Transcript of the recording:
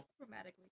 Dramatically